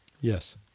Yes